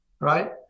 right